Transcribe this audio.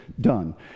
done